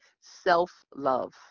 self-love